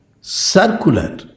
circular